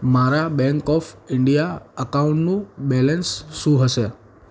મારા bank of India એકાઉન્ટનું balance શું હશે